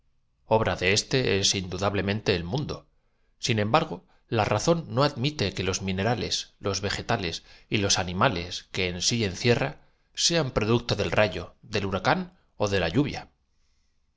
obra de éste es indudablemente el mun años concluiría por formarse en la superficie de las do sin embargo la razón no admite que los minera sopas una película ó corteza producto de los despren les los vegetales y los animales que en sí encierra dimientos de los vapores ni más ni menos que la que sean producto del rayo del huracán ó de la lluvia